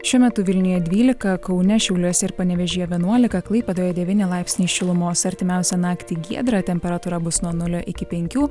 šiuo metu vilniuje dvylika kaune šiauliuose ir panevėžyje vienuolika klaipėdoje devyni laipsniai šilumos artimiausią naktį giedra temperatūra bus nuo nulio iki penkių